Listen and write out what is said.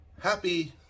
happy